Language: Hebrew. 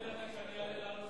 אני אענה לך כשאני אעלה לענות לך.